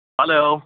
hello